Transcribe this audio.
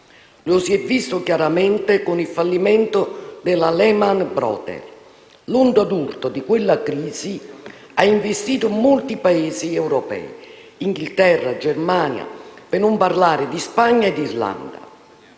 Lo si è visto chiaramente con il fallimento della Lehman Brothers. L'onda d'urto di quella crisi ha investito molti Paesi europei: Inghilterra e Germania, per non parlare di Spagna e Irlanda.